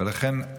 ולכן,